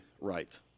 right